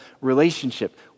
relationship